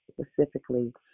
specifically